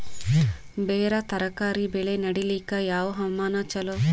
ಬೇರ ತರಕಾರಿ ಬೆಳೆ ನಡಿಲಿಕ ಯಾವ ಹವಾಮಾನ ಚಲೋ?